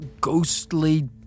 ghostly